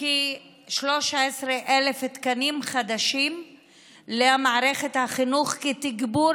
כ-13,000 תקנים חדשים למערכת החינוך כתגבור